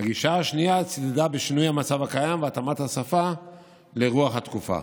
הגישה השנייה צידדה בשינוי המצב הקיים והתאמת השפה לרוח התקופה.